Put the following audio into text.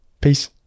peace